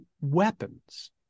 weapons